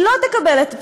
היא לא תקבל את הפטור.